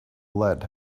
lead